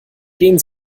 gehen